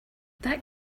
that